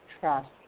trust